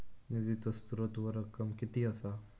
निधीचो स्त्रोत व रक्कम कीती असा?